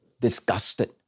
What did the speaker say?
disgusted